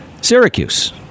Syracuse